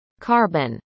carbon